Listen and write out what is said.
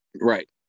Right